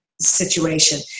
situation